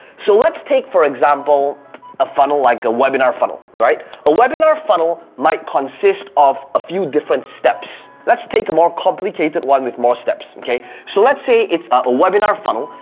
so let's take for example a funnel, like a webinar funnel, right? a webinar funnel might consist of a few different steps. let's take a more complicated one with more steps, okay? so let's say it's a webinar funnel,